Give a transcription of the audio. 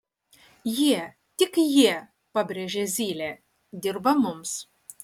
jie tik jie pabrėžė zylė dirba mums